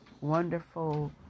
wonderful